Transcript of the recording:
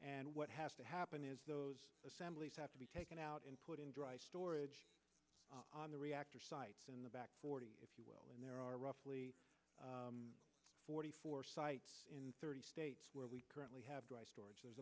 and what has to happen is those assemblies have to be taken out in put in dry storage on the reactor sites in the back forty if you will and there are roughly forty four sites in thirty states where we currently have dry storage there's